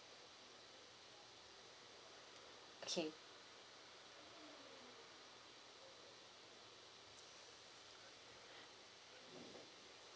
okay